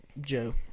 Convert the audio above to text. Joe